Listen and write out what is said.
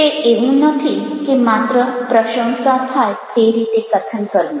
તે એવું નથી કે માત્ર પ્રશંસા થાય તે રીતે કથન કરવું